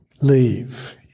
leave